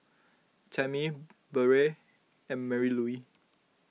Tammy Barrett and Marylouise